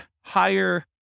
higher